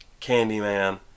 Candyman